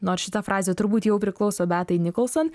nors šita frazė turbūt jau priklauso beatai nicholson